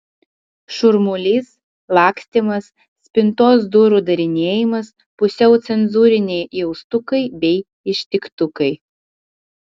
šurmulys lakstymas spintos durų darinėjimas pusiau cenzūriniai jaustukai bei ištiktukai